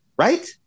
Right